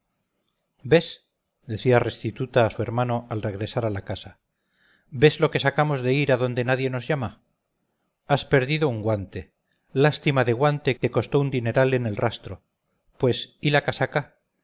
ves decía restituta a su hermano al regresar a la casa ves lo que sacamos de ir a donde nadie nos llama has perdido un guante lástima de guante que costó un dineral en el rastro pues y la casaca